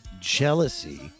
jealousy